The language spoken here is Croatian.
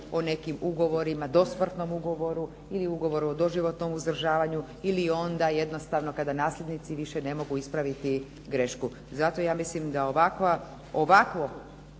o nekim ugovorima, do smrtnom ugovoru ili ugovoru o doživotnom uzdržavanju ili onda recimo kada nasljednici više ne mogu ispraviti grešku. I zato ja mislim da ovakvo